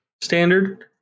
standard